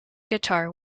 guitar